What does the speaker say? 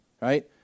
right